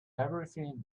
everything